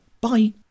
Bye